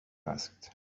asked